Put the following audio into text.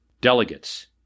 Delegates